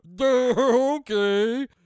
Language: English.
Okay